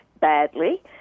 badly